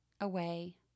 away